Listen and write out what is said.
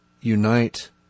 unite